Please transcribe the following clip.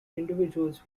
individuals